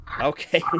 Okay